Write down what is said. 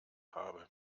habe